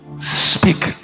speak